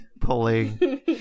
pulling